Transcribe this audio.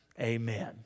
Amen